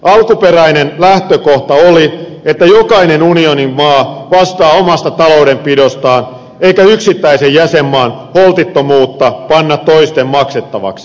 alkuperäinen lähtökohta oli että jokainen unionimaa vastaa omasta taloudenpidostaan eikä yksittäisen jäsenmaan holtittomuutta panna toisten maksettavaksi